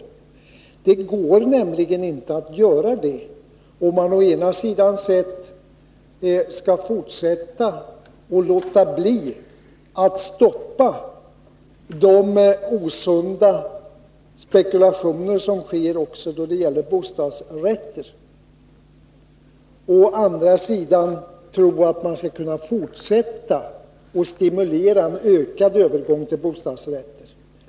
Det går nämligen inte att å ena sidan låta de osunda spekulationerna i fråga om bostadsrätter fortsätta och å andra sidan stimulera en ökad övergång till bostadsrätter.